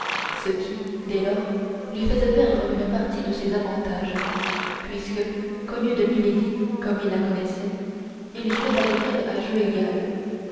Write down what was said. ce qui dès lors lui ferait perdre une partie de ses avantages puisque connu de milady comme il la connaissait il jouerait avec elle à jeu égal